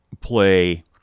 play